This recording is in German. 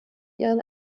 ihren